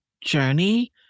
journey